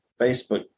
Facebook